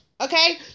Okay